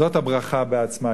זאת הברכה בעצמה.